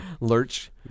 Lurch